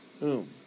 Boom